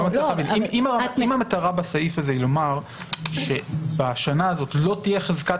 אם המטרה בסעיף הזה היא לומר שבשנה הזאת לא תהיה חזקת